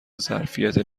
ظرفیت